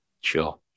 sure